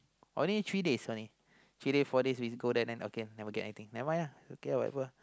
only three days only three days four day we go there then okay never get anything never mind lah I don't care whatever